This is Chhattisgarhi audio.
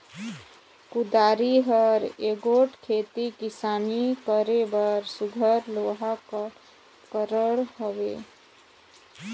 कुदारी हर एगोट खेती किसानी करे बर सुग्घर लोहा कर उपकरन हवे